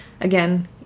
Again